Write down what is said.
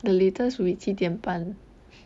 the latest we 七点半